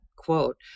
Quote